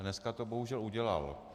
Dneska to bohužel udělal.